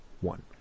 One